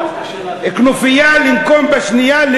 כנופיה אחת לנקום בשנייה,